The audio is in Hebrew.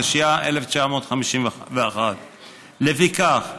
התשי"א 1951. לפיכך,